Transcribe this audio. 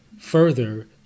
further